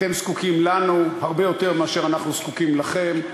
אתם זקוקים לנו הרבה יותר מאשר אנחנו זקוקים לכם.